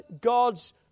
God's